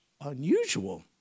unusual